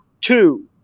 two